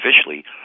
officially